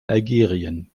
algerien